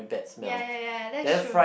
ya ya ya that sure